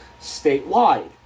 statewide